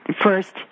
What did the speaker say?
first